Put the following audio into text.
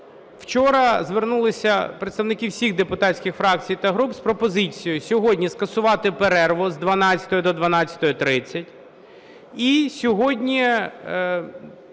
вчора звернулися представники всіх депутатських фракцій та груп з пропозицією сьогодні скасувати перерву з 12 до 12:30 і сьогодні